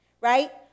Right